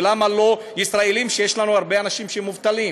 ולמה לא ישראלים, כשיש לנו הרבה אנשים מובטלים?